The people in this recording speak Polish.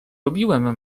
lubiłem